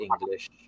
English